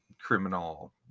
criminal